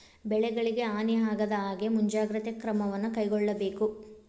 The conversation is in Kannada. ಬೆಳೆಗಳಿಗೆ ಹಾನಿ ಆಗದಹಾಗೆ ಮುಂಜಾಗ್ರತೆ ಕ್ರಮವನ್ನು ಕೈಗೊಳ್ಳಬೇಕು